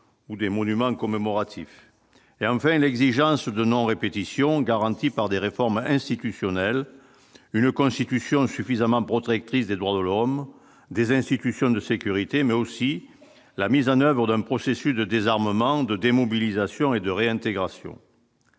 ou des monuments commémoratifs et enfin l'exigence de non-répétition garantis par des réformes institutionnelles, une constitution insuffisamment protectrices des droits de l'homme des institutions de sécurité mais aussi la mise en oeuvre d'un processus de désarmement, de démobilisation et de réintégration.